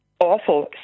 awful